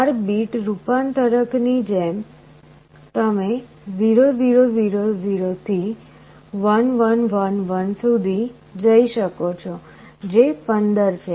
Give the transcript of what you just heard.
4 bit રૂપાંતરક ની જેમ તમે 0 0 0 0 થી 1 1 1 1 સુધી જઈ શકો છો જે 15 છે